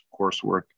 coursework